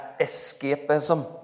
escapism